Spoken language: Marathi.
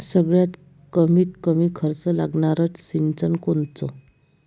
सगळ्यात कमीत कमी खर्च लागनारं सिंचन कोनचं?